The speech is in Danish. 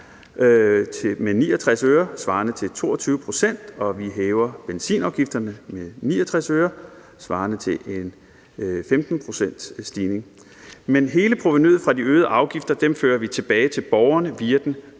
med 69 øre, der svarer til 22 pct., og vi hæver benzinafgifterne med 69 øre, der svarer til en stigning på 15 pct. Men hele provenuet fra de øgede afgifter fører vi tilbage til borgeren via den